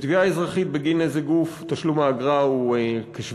בתביעה אזרחית בגין נזק גוף תשלום האגרה הוא כ-7,000